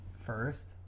first